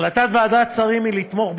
החלטת ועדת השרים היא לתמוך בהצעה,